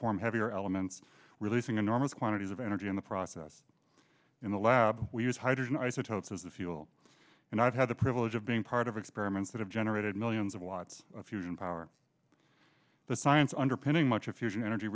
form heavier elements releasing enormous quantities of energy in the process in the lab we use hydrogen isotopes as a fuel and i've had the privilege of being part of experiments that have generated millions of watts of fusion power the science underpinning much of fusion energy